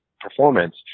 performance